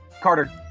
Carter